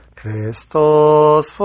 Christos